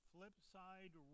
Flipside